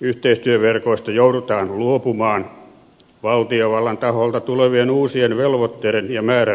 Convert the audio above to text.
yhteistyöverkoista joudutaan luopumaan valtiovallan taholta tulevien uusien velvoitteiden ja määräysten takia